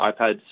iPads